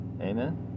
Amen